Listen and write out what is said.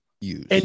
use